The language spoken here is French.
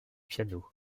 piano